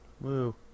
Woo